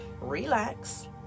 relax